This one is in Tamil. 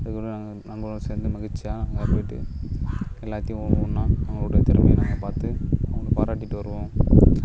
நாங்கள் நண்பரோட சேர்ந்து மகிழ்ச்சியாக அங்கே போய்ட்டு எல்லாத்தையும் ஒவ்வொன்றா அவங்களோட திறமைய நாங்கள் பார்த்து அவங்கள பாராட்டிட்டு வருவோம்